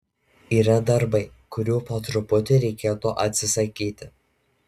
yra darbai kurių po truputį reikėtų atsisakyti